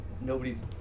nobody's